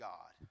God